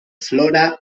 flora